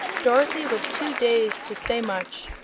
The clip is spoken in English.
dorothy was too dazed to say much,